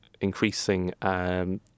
increasing